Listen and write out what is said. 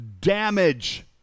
damage